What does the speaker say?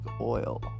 oil